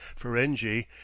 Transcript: Ferengi